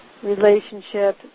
relationship